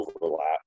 overlap